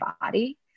body